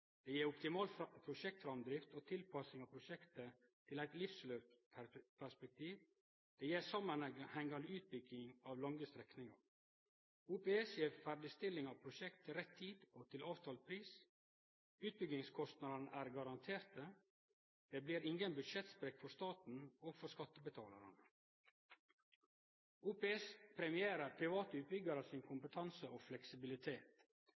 Det gjev optimal prosjektframdrift og tilpassing av prosjektet til eit livsløpsperspektiv. Det gjev ei samanhengande utbygging av lange strekningar. OPS gjev ferdigstilling av prosjekt til rett tid og til avtalt pris. Utbyggingskostnadene er garanterte, det blir ingen budsjettsprekk for staten og skattebetalarane. OPS premierer private utbyggjarars kompetanse og fleksibilitet.